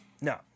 no